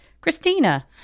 Christina